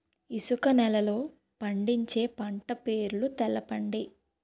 ఇసుక నేలల్లో పండించే పంట పేర్లు తెలపండి?